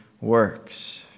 works